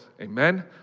Amen